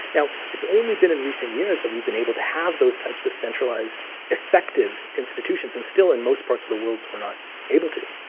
now, it's only been in recent years that we've been able to have those types of centralized effective institutions. and still, in most parts of the worlds, we're not able to.